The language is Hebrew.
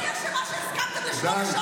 מה אני אשמה --- שמונה שעות --- טלי, די.